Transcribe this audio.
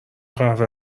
قهوه